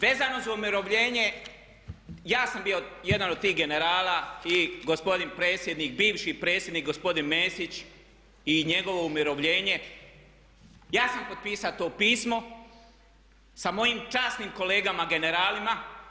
Vezano za umirovljenje, ja sam bio jedan od tih generala i gospodin predsjednik, bivši predsjednik gospodin Mesić i njegovo umirovljenje, ja sam potpisao to pismo sa mojim časnim kolegama generalima.